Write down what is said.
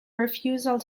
refusal